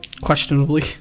Questionably